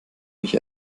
mich